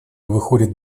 выходит